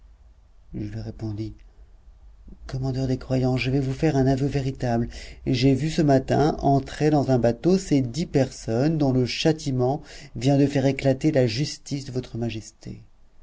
je lui répondis commandeur des croyants je vais vous faire un aveu véritable j'ai vu ce matin entrer dans un bateau ces dix personnes dont le châtiment vient de faire éclater la justice de votre majesté